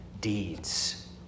deeds